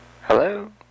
Hello